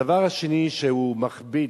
הדבר השני שהוא מכביד,